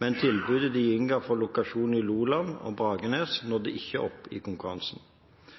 men tilbudet de ga for lokasjon i Loland og Bragernes, nådde ikke opp i konkurransen.